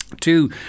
two